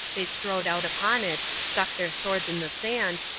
they strode out upon it, stuck their swords in the sand,